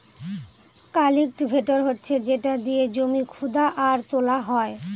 cultivator হচ্ছে যেটা দিয়ে জমি খুদা আর তোলা হয়